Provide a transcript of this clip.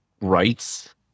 rights